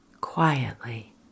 quietly